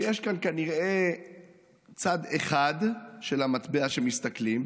שיש כאן כנראה צד אחד של המטבע שמסתכלים,